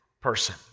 person